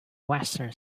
western